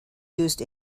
used